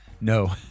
No